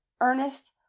Ernest